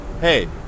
hey